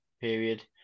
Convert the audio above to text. period